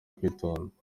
kwitonda